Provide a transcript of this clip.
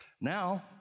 Now